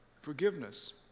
forgiveness